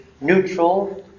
neutral